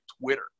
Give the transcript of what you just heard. Twitter